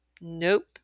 Nope